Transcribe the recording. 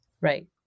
Right